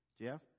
Jeff